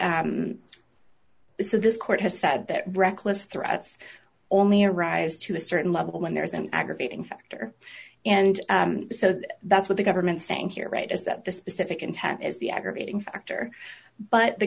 of this court has said that reckless threats only arise to a certain level when there is an aggravating factor and so that's what the government saying here right is that the specific intent is the aggravating factor but the